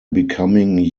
becoming